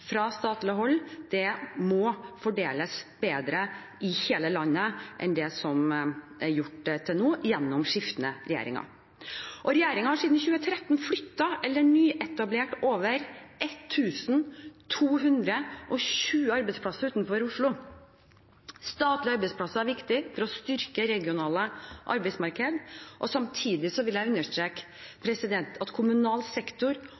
fra statlig hold må fordeles bedre i hele landet enn det som er gjort til nå gjennom skiftende regjeringer. Regjeringen har siden 2013 flyttet eller nyetablert over 1 220 arbeidsplasser utenfor Oslo. Statlige arbeidsplasser er viktig for å styrke regionale arbeidsmarkeder. Samtidig vil jeg understreke at kommunal sektor